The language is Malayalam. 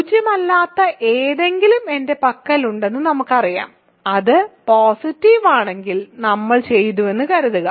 പൂജ്യമല്ലാത്ത എന്തെങ്കിലും എന്റെ പക്കലുണ്ടെന്ന് നമുക്കറിയാം അത് പോസിറ്റീവ് ആണെങ്കിൽ നമ്മൾ ചെയ്തുവെന്ന് കരുതുക